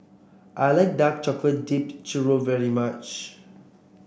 I like Dark Chocolate Dipped Churro very much